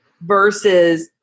Versus